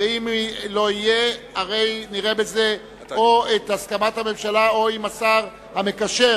והיא תעבור להכנתה לקריאה ראשונה בוועדת החינוך של הכנסת.